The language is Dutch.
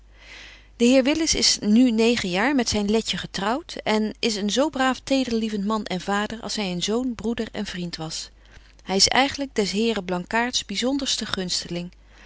de heer willis is nu negen jaar met zyn letje getrouwt en is een zo braaf tederlievent man en vader als hy een zoon broeder en vriend was hy is eigenlyk des heren blankaart's byzonderste